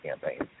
campaign